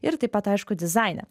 ir taip pat aišku dizaine